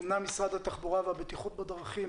אמנם משרד התחבורה והבטיחות בדרכים